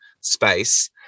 space